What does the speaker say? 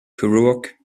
kerouac